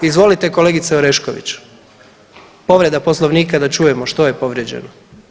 Izvolite kolegice Orešković, povreda poslovnika, da čujemo što je povrijeđeno.